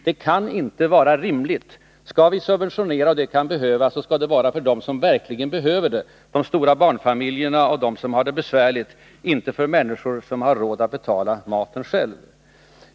Skall vi subventionera mat och hyror, och det kan behövas, skall det vara för dem som verkligen behöver det — för de stora barnfamiljerna och för andra som har det besvärligt — men inte för människor som har råd att själva betala maten.